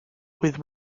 with